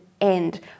end